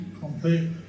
Complete